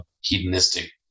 hedonistic